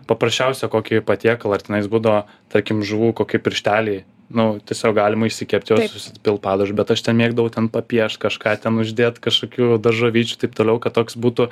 paprasčiausią kokį patiekalą ar tenais būdavo tarkim žuvų kokie piršteliai nu tiesiog galima išsikept juos užsipilt padažo bet aš mėgdavau ten papiešt kažką ten uždėt kažkokių daržovyčių taip toliau kad toks būtų